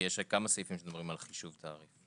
כי יש כמה סעיפים שמדברים על חישוב תעריף.